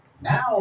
Now